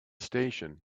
station